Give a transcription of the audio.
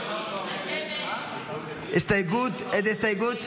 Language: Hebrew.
נצביע על ההסתייגויות.